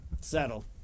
Settle